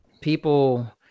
people